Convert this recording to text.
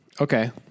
Okay